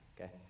okay